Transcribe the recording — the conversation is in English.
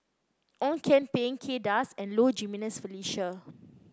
Ong Kian Peng Kay Das and Low Jimenez Felicia